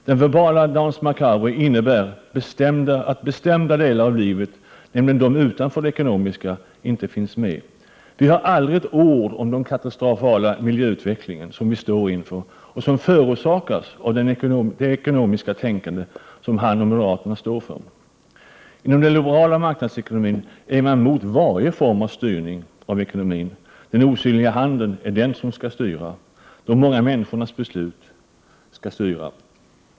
Denna verbala dance macabre innebär att bestämda delar av livet, nämligen de som ligger utanför det ekonomiska, inte finns med. Vi hör aldrig ett ord om den katastrofala miljöutveckling som vi står inför och som förorsakas av det ekonomiska tänkande som Lars Tobisson och moderaterna står för. Inom den liberala marknadsekonomin är man mot varje form av styrning av ekonomin. Den osynliga handen är den som skall styra. De många människornas beslut skall styra.